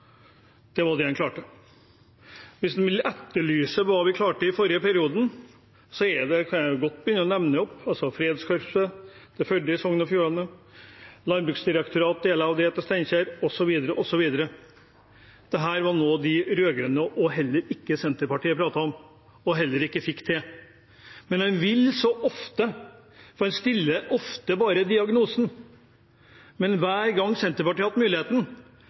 Det var det man klarte. Hvis en vil etterlyse hva vi klarte i forrige periode, kan jeg godt begynne med å nevne Fredskorpset til Førde i Sogn og Fjordane, deler av Landbruksdirektoratet til Steinkjer, osv. Dette har ikke de rød-grønne, og heller ikke Senterpartiet, pratet om, og de fikk det heller ikke til. Man vil så ofte, men man stiller ofte bare diagnosen. Hver gang Senterpartiet har hatt muligheten,